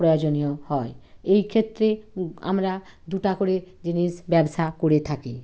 প্রয়োজনীয় হয় এই ক্ষেত্রে আমরা দুটা করে জিনিস ব্যবসা করে থাকি